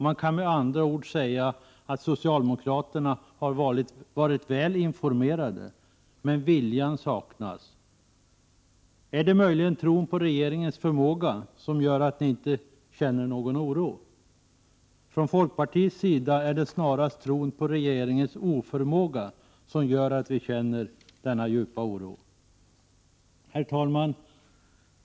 Man kan med andra ord säga att socialdemokraterna har varit väl informerade, men viljan saknas. Är det möjligen tron på regeringens förmåga som gör att ni inte känner någon oro? Från folkpartiets sida är det snarast tron på regeringens oförmåga som gör att vi känner denna djupa oro. Herr talman!